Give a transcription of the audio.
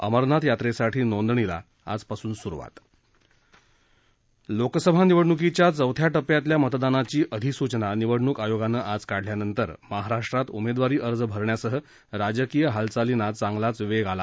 अमरनाथ यात्रेसाठी नोंदणीला आजपासून स्रुवात लोकसभा निवडण्कीच्या चौथ्या टप्प्यातल्या मतदानाची अधिसूचना निवडणूक आयोगानं आज काढल्यानंतर महाराष्ट्रात उमेदवारी अर्ज भरण्यासह राजकीय हालचालींना चांगलाच वेग आला